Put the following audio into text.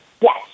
Yes